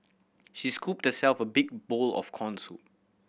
she scooped herself a big bowl of corn soup